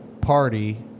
party